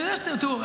תראו,